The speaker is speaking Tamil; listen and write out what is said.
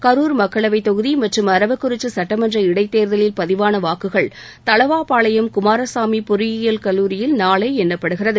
கரூர் மக்களவை தொகுதி மற்றும் அரவக்குறிச்சி சுட்டமன்ற இடைத்தேர்தலில் பதிவான வாக்குகள் தளவாபாளையம் குமாரசாமி பொறியியல் கல்லூரியில் நாளை எண்ணப்படுகிறது